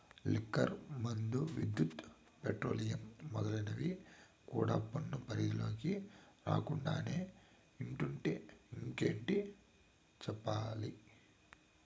liquor మందు, విద్యుత్, petroleum మొదలైనవి కూడా పన్ను పరిధిలోకి రాకుండానే ఇట్టుంటే ఇంకేటి చెప్పాలి